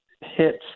hits